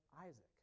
Isaac